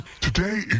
Today